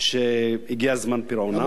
שהגיע זמן פירעונן.